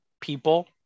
people